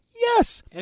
Yes